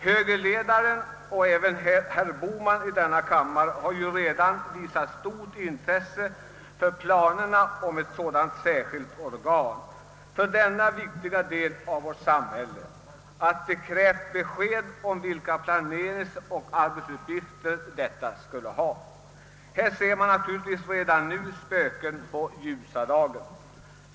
Högerledaren och även herr Bohman i denna kammare har ju redan visat så stort intresse för planerna på ett dylikt särskilt organ för denna viktiga del av vårt samhälle, att de krävt be sked om vilka planeringsoch arbetsuppgifter detta organ skulle ha. Här ser man redan nu spöken på ljusa dagen.